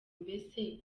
mbese